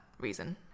reason